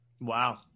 wow